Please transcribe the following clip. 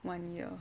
one year